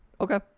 Okay